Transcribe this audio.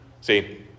See